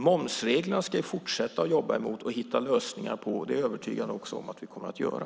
Momsreglerna ska vi fortsätta att jobba emot och hitta lösningar på, och det är jag övertygad om att vi också kommer att göra.